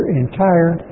entire